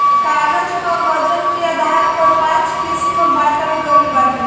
कागज कअ वजन के आधार पर पाँच किसिम बांटल गइल बाटे